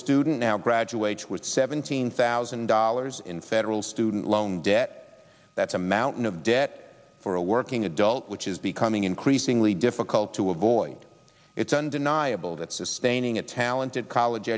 student now graduates with seventeen thousand dollars in federal student loan debt that's a mountain of debt for a working adult which is becoming increasingly difficult to avoid it's undeniable that sustaining a talented college